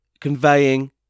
conveying